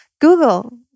Google